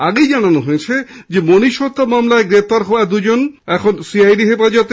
আগেই জানানো হয়েছে মনীশ হত্যা মামলায় গ্রেপ্তার হওয়া দুজন এখন সিআইডি হেফাজতে